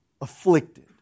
afflicted